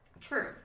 True